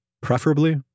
Preferably